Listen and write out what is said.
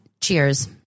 Cheers